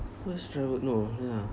worst travelled no ya